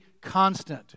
constant